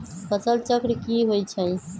फसल चक्र की होइ छई?